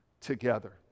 together